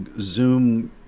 Zoom